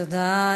תודה.